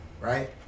right